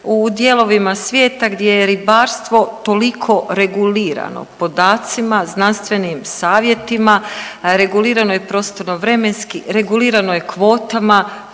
u dijelovima svijeta gdje je ribarstvo toliko regulirano podacima, znanstvenim savjetima, regulirano je prostorno vremenski, regulirano je kvotama